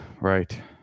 right